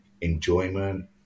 enjoyment